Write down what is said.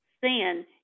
Sin